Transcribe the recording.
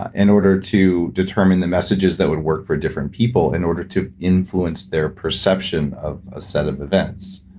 ah in order to determine the messages that would work for different people in order to influence their perception of a set of events.